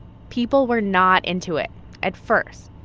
people were not into it at first,